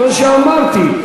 כמו שאמרתי,